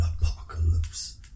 apocalypse